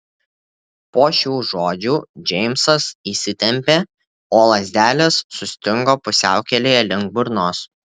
po šių žodžių džeimsas įsitempė o lazdelės sustingo pusiaukelėje link burnos